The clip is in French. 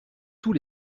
tous